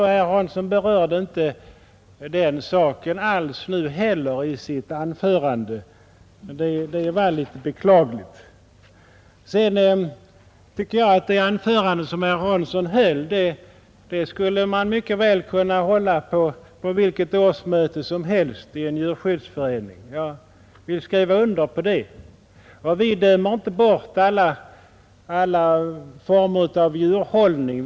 Herr Hansson berörde inte heller utbildningsfrågan i sitt anförande, vilket var beklagligt. Det anförande som herr Hansson höll skulle enligt min mening mycket väl i vissa delar kunnat hållas på vilket årsmöte som helst i en djurskyddsförening. Mycket av det han sade vill jag gärna skriva under på. Vi dömer naturligtvis inte ut alla former av djurhållning.